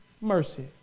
mercy